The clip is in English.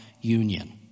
union